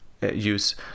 use